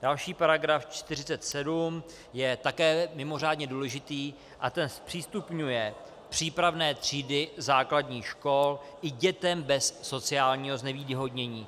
Další, § 47, je také mimořádně důležitý, zpřístupňuje přípravné třídy základních škol i dětem bez sociálního znevýhodnění.